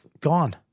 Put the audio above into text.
gone